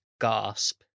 gasp